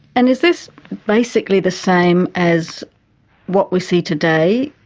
and is this basically the same as what we see today,